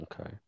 Okay